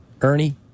Ernie